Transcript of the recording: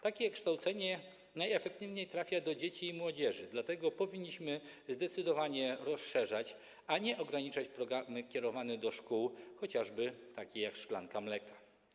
Takie kształcenie najefektywniej trafia do dzieci i młodzieży, dlatego powinniśmy zdecydowanie rozszerzać, a nie ograniczać programy kierowane do szkół, takie jak chociażby „Szklanka mleka”